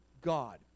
God